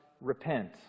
repent